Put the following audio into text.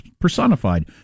personified